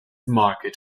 market